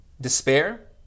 despair